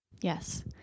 yes